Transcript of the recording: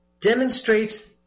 demonstrates